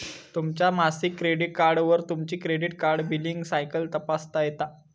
तुमच्या मासिक क्रेडिट कार्डवर तुमची क्रेडिट कार्ड बिलींग सायकल तपासता येता